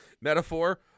metaphor